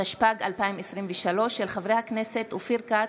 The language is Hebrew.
התשפ"ג 2023, של חברי הכנסת אופיר כץ,